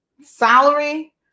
salary